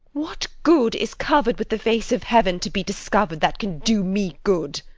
what good is cover'd with the face of heaven, to be discover'd, that can do me good?